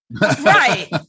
Right